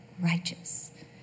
righteous